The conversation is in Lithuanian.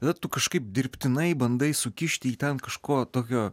tada tu kažkaip dirbtinai bandai sukišti į ten kažko tokio